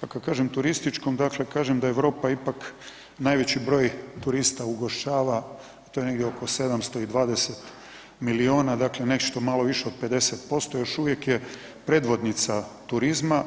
a kad kažem turističkom, dakle kažem da Europa ipak najveći broj turista ugošćava, to je negdje oko 720 milijuna, dakle nešto malo više od 50%, još uvijek je predvodnica turizma.